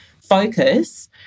focus